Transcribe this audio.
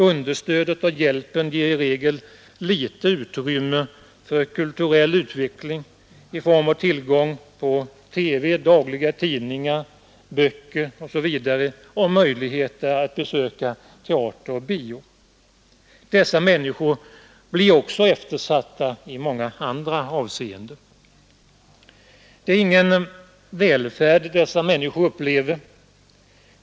Understödet och hjälpen ger i regel litet utrymme för kulturell utveckling i form av tillgång på TV, dagliga tidningar, böcker osv. och möjligheter att besöka teater och bio. Dessa människor blir också eftersatta i många andra avseenden. rd dessa människor upplever.